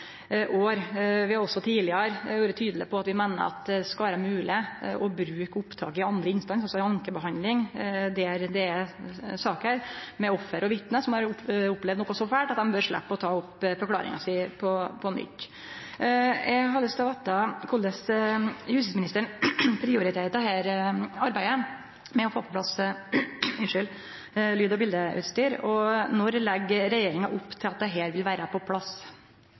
andre instans, altså i ankebehandling, der det er saker med offer og vitne som har opplevd noko så fælt at dei bør sleppe å gi forklaringa si på ny. Eg har lyst til å vite korleis justisministeren prioriterer arbeidet med å få på plass lyd- og bildeutstyr. Når legg regjeringa opp til at dette er på plass? Det